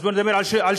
אז בוא נדבר על שוויון,